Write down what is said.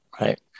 Right